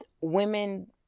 women